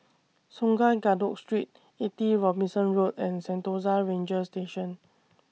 Sungei Kadut Street eighty Robinson Road and Sentosa Ranger Station